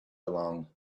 along